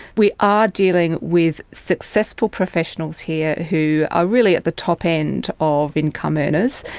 we are dealing with successful professionals here who are really at the top end of income earners,